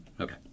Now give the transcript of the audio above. Okay